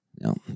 No